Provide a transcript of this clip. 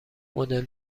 مدل